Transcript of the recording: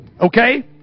okay